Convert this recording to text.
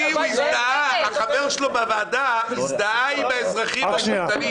כי החבר שלו מן הוועדה הזדהה עם האזרחים המובטלים.